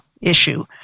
Issue